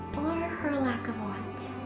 or her lack of want.